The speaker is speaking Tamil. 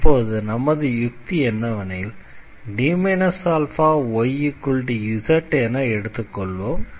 இப்போது நமது யுக்தி என்னவெனில் D αyz என எடுத்துக்கொள்ளுவோம்